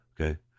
Okay